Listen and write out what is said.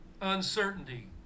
uncertainty